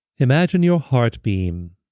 imagine your heart beam